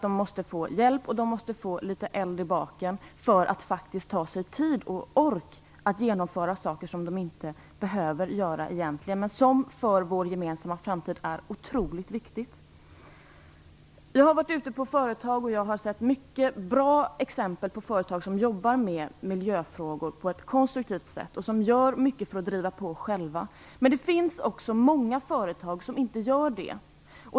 De måste därför få hjälp för att ta sig tid att genomföra sådant som de egentligen inte måste göra, men som för vår gemensamma framtid är otroligt viktigt. Jag har varit ute på företag och sett många exempel på hur företag jobbar med miljöfrågor på ett konstruktivt sätt och gör mycket för att driva på själva. Men det finns också många företag som inte gör det.